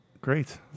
Great